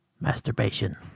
Masturbation